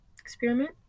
experiment